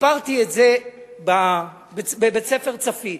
סיפרתי את זה בבית-ספר "צפית".